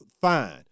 fine